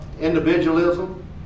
individualism